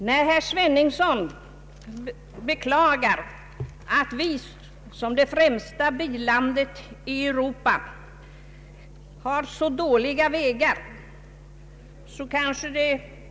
Herr Sveningsson beklagade att Sverige, som är det främsta billandet i Europa, har så dåliga vägar.